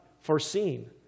foreseen